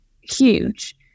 huge